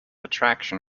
attraction